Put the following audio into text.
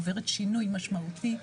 עוברת שינוי משמעותי.